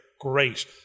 great